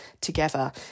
together